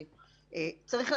צריך,